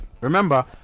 remember